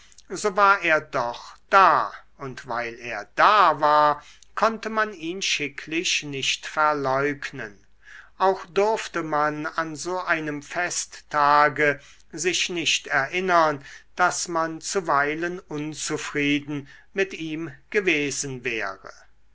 so war er doch da und weil er da war konnte man ihn schicklich nicht verleugnen auch durfte man an so einem festtage sich nicht erinnern daß man zuweilen unzufrieden mit ihm gewesen wäre